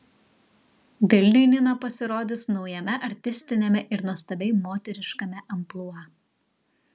vilniui nina pasirodys naujame artistiniame ir nuostabiai moteriškame amplua